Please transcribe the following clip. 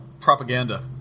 propaganda